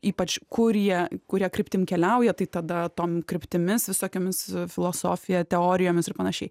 ypač kur jie kuria kryptim keliauja tai tada tom kryptimis visokiomis filosofija teorijomis ir pan